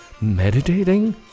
meditating